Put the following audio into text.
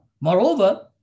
moreover